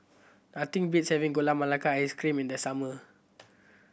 nothing beats having Gula Melaka Ice Cream in the summer